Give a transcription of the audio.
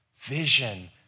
vision